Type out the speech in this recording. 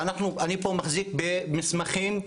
אני פה מחזיק במסמכים,